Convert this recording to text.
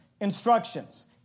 instructions